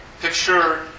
picture